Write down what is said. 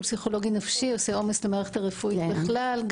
פסיכולוגי-נפשי עושה עומס למערכת הרפואית בכלל,